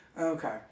Okay